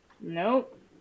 Nope